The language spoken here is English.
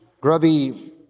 grubby